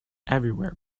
everywhere